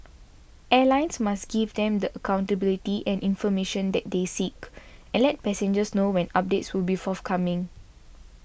airlines must give them the accountability and information that they seek and let passengers know when updates will be forthcoming